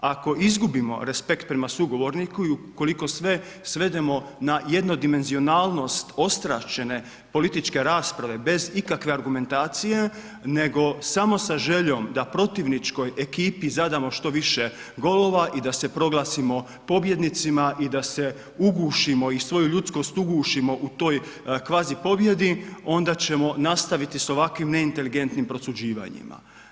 Ako izgubimo respekt prema sugovorniku i ukoliko sve svedemo na jednodimenzionalnost … [[ne razumije se]] političke rasprave bez ikakve argumentacije, nego samo sa željom da protivničkoj ekipi zadamo što više golova i da se proglasimo pobjednicima i da se ugušimo i svoju ljudskost ugušimo u toj kvazi pobjedi onda ćemo nastaviti sa ovakvim neinteligentnim prosuđivanjima.